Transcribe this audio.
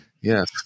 Yes